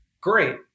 Great